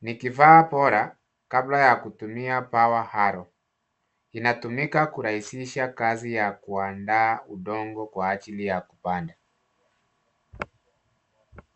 Ni kifaa bora kabla ya kutumia power harrow . Inatumika kurahisisha kazi ya kuandaa udongo kwa ajili ya kupanda.